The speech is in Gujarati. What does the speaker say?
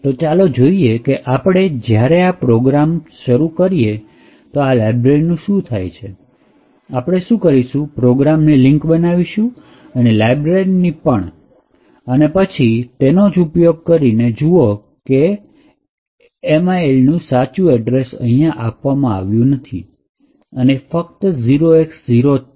તો ચાલો જોઈએ કે હવે આપણે જ્યારે આ પ્રોગ્રામને કરીએ તો આ લાઇબ્રેરીની શું થાય છે આપણે શું કરીશું કે પ્રોગ્રામ ની લીંક બનાવીશું અને આ લાઇબ્રેરીની પણ અને પછી જ તેનો ઉપયોગ કરીશું જુઓ કે mild નું સાચું એડ્રેસ અહીંયા આપવામાં આવ્યું નથી અને એ ફક્ત 0X0 છે